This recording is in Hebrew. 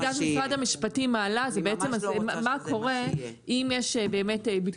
הנקודה שמשרד המשפטים מעלה היא מה קורה אם יש ביטול של